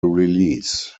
release